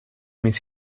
mis